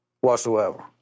whatsoever